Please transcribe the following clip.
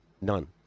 None